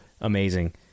amazing